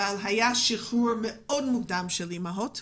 אבל היה שחרור מאוד מוקדם של אימהות הביתה,